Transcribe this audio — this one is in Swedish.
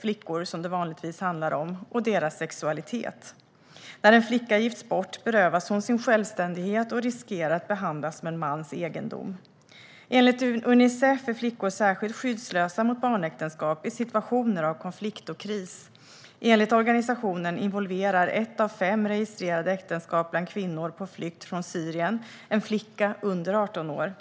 flickor, som det vanligtvis handlar om, och deras sexualitet. När en flicka gifts bort berövas hon sin självständighet och riskerar att behandlas som en mans egendom. Enligt Unicef är flickor särskilt skyddslösa mot barnäktenskap i situationer av konflikt och kris. Enligt organisationen involverar ett av fem registrerade äktenskap bland kvinnor på flykt från Syrien en flicka under 18 år.